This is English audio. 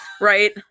Right